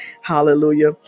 Hallelujah